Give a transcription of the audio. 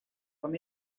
com